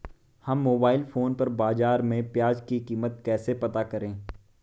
हम mobile phone पर बाज़ार में प्याज़ की कीमत कैसे पता करें?